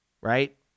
right